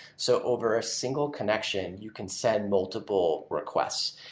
so over a single connection, you can send multiple requests.